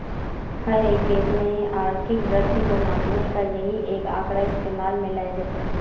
हर एक देश में आर्थिक वृद्धि को मापने का यही एक आंकड़ा इस्तेमाल में लाया जाता है